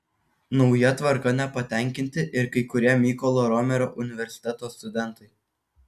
nauja tvarka nepatenkinti ir kai kurie mykolo romerio universiteto studentai